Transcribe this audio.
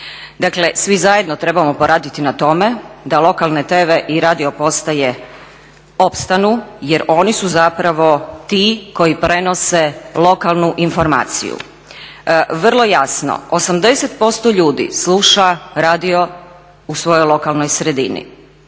Dakle, svi zajedno trebamo poraditi na tome da lokalne TV i radio postaje opstanu jer oni su zapravo ti koji prenose lokalnu informaciju. Vrlo jasno, 80% ljudi sluša radio u svojoj lokalnoj sredini,